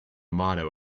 motto